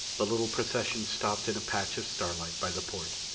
the little procession stopped in a patch of starlight by the port.